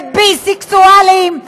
וביסקסואלים,